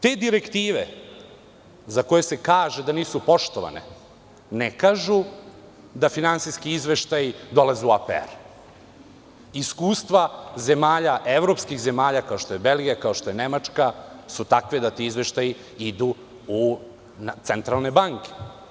Te direktive za koje se kaže da nisu poštovane, ne kažu da finansijski izveštaji dolaze u APR. Iskustva zemalja, evropskih zemalja, kao što je Belgija, kao što je Nemačka, su takve da ti izveštaji idu na centralne banke.